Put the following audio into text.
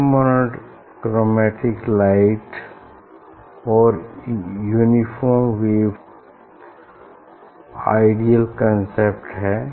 यह monochromatic light और uniform wave front का आइडियल कॉन्सेप्ट है